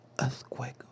earthquake